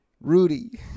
rudy